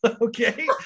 Okay